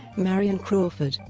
marion crawford,